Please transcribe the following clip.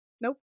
Nope